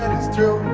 it's true.